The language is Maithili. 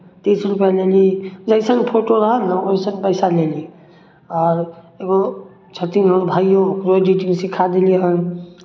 तीस रुपैआ लेली जैसन फोटो रहल ने वैसन पैसा लेली आर एगो छथिन हमर भाइयो ओकरो एडिटिंग सिखा देलियै हन